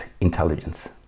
intelligence